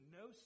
no